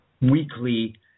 weekly